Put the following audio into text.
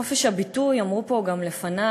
חופש הביטוי, אמרו פה גם לפני,